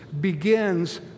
begins